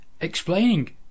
explaining